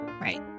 right